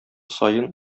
саен